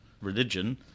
religion